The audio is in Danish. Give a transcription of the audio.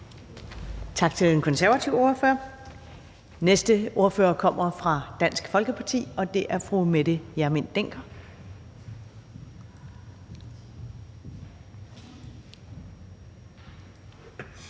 Tak til den konservative ordfører. Næste ordfører kommer fra Dansk Folkeparti, og det er fru Mette Hjermind Dencker.